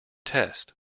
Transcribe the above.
test